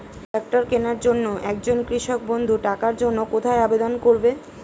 Tractor কিনার জন্য একজন কৃষক বন্ধু টাকার জন্য কোথায় আবেদন করবে?